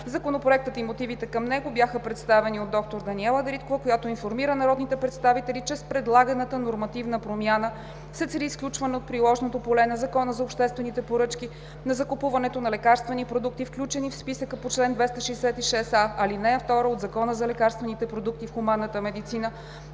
Законопроектът и мотивите към него бяха представени от доктор Даниела Дариткова, която информира народните представители, че с предлаганата нормативна промяна се цели изключване от приложното поле на Закона за обществените поръчки – ЗОП, на закупуването на лекарствени продукти, включени в списъка по чл. 266а, ал. 2 от Закона за лекарствените продукти в хуманната медицина